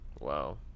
wow